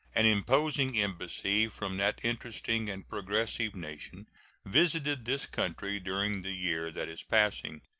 an imposing embassy from that interesting and progressive nation visited this country during the year that is passing,